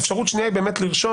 האפשרות השנייה היא לכתוב: